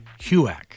HUAC